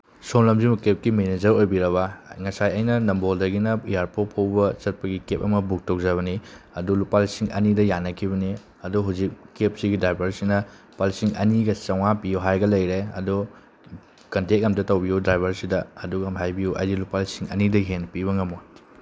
ꯁꯣꯝ ꯂꯝꯖꯤꯡꯕ ꯀꯦꯞꯀꯤ ꯃꯦꯅꯦꯖꯔ ꯑꯣꯏꯕꯤꯔꯕ ꯉꯁꯥꯏ ꯑꯩꯅ ꯅꯝꯕꯣꯜꯗꯒꯤꯅ ꯏꯌꯥꯔꯄꯣꯔꯠ ꯐꯥꯎꯕ ꯆꯠꯄꯒꯤ ꯀꯦꯞ ꯑꯃ ꯕꯨꯛ ꯇꯧꯖꯕꯅꯤ ꯑꯗꯨ ꯂꯨꯄꯥ ꯂꯤꯁꯤꯡ ꯑꯅꯤꯗ ꯌꯥꯅꯈꯤꯕꯅꯤ ꯑꯗꯣ ꯍꯧꯖꯤꯛ ꯀꯦꯞꯁꯤꯒꯤ ꯗ꯭ꯔꯥꯏꯚꯔꯁꯤꯅ ꯂꯨꯄꯥ ꯂꯤꯁꯤꯡ ꯑꯅꯤꯒ ꯆꯝꯃꯉꯥ ꯄꯤꯌꯣ ꯍꯥꯏꯔꯒ ꯂꯩꯔꯦ ꯑꯗꯣ ꯀꯟꯇꯦꯛ ꯑꯃꯨꯛꯇ ꯇꯧꯕꯤꯌꯣ ꯗ꯭ꯔꯥꯏꯚꯔꯁꯤꯗ ꯑꯗꯨꯒ ꯑꯃꯨꯛ ꯍꯥꯏꯕꯤꯌꯨ ꯑꯩꯗꯤ ꯂꯨꯄꯥ ꯂꯤꯁꯤꯡ ꯑꯅꯤꯗꯒꯤ ꯍꯦꯟꯅ ꯄꯤꯕ ꯉꯝꯃꯣꯏ